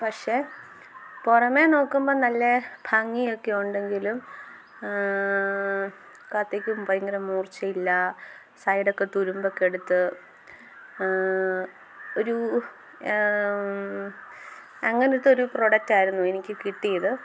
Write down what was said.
പക്ഷേ പുറമെ നോക്കുമ്പം നല്ല ഭംഗിയൊക്കെ ഉണ്ടെങ്കിലും കത്തിക്ക് ഭയങ്കര മൂർച്ചയില്ല സൈഡൊക്കെ തുരുമ്പൊക്കെ എടുത്ത് ഒരു അങ്ങനത്തൊരു പ്രോഡക്റ്റായിരുന്നു എനിക്ക് കിട്ടിയത്